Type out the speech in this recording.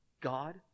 God